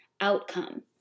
outcome